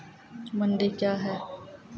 मंडी क्या हैं?